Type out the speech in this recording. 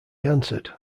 answered